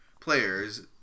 players